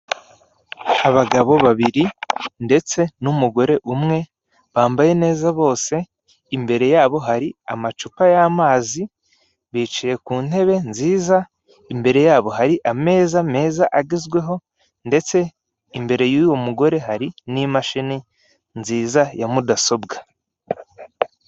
Abagabo babiri ndetse n'umugore umwe bambaye neza bose, imbere yabo hari amacupa y'amazi, bicaye ku ntebe nziza, imbere yabo hari ameza meza agezweho ndetse imbere y'uwo mugore hari n'imashini nziza ya mudasobwa.